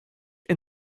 and